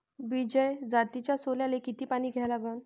विजय जातीच्या सोल्याले किती पानी द्या लागन?